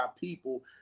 people